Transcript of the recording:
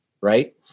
Right